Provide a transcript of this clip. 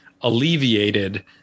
alleviated